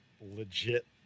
legit